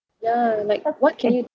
ya like what can you